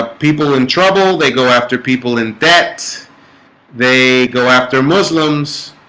ah people in trouble they go after people in debt they go after muslims